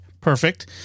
perfect